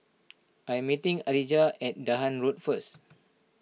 I am meeting Alijah at Dahan Road first